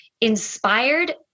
inspired